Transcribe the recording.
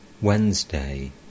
Wednesday